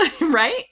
Right